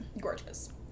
Gorgeous